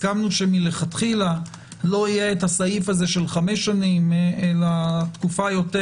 הסכמנו שמלכתחילה לא יהיה הסעיף של חמש שנים אלא תקופה ארוכה